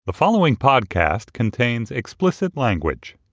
the following podcast contains explicit language